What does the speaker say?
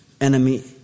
enemy